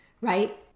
right